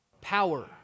Power